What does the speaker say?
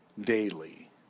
daily